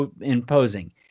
imposing